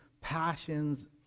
passions